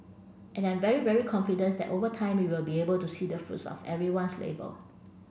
and I'm very very confident that over time we will be able to see the fruits of everyone's labour